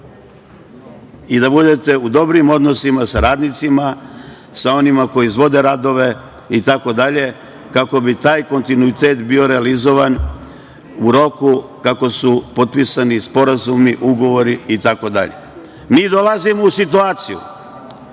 I da budete u dobrim odnosima sa radnicima, sa onima koji izvode radove, itd, kako bi taj kontinuitet bio realizovan u roku kako su potpisani sporazumi, ugovori, itd. Mi dolazimo u situaciju